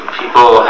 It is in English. people